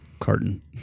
carton